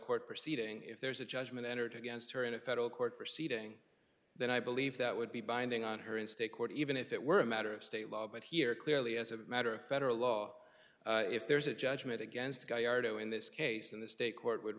court proceeding if there's a judgment entered against her in a federal court proceeding then i believe that would be binding on her in state court even if it were a matter of state law but here clearly as a matter of federal law if there's a judgment against a guy ardo in this case in the state court would